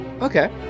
okay